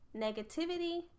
negativity